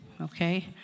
okay